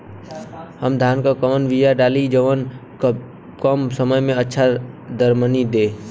हम धान क कवन बिया डाली जवन कम समय में अच्छा दरमनी दे?